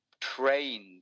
trained